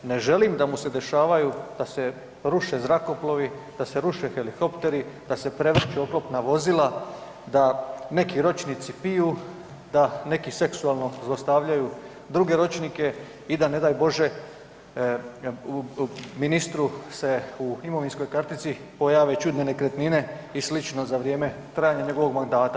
Ne želim da mu se dešavaju da se ruše zrakoplovi, da se ruše helikopteri, da se prevrću oklopna vozila, da neki ročnici piju, da neki seksualno zlostavljaju druge ročnike i da ne daj Bože u ministru se u imovinskoj kartici pojave čudne nekretnine i sl. za vrijeme trajanja njegovog mandata.